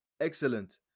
Excellent